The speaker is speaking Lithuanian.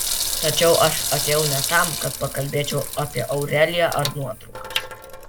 tačiau aš atėjau ne tam kad pakalbėčiau apie aureliją ar nuotraukas